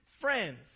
friends